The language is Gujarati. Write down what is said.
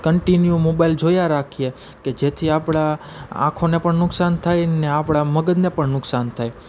કન્ટીન્યુ મોબાઈલ જોયા રાખીએ કે જેથી આપણી આંખોને પણ નુકસાન થાય ને આપણા મગજને પણ નુકસાન થાય